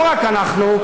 לא רק אנחנו,